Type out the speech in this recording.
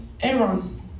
Aaron